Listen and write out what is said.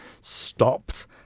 stopped